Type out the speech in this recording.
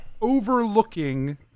overlooking